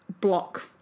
block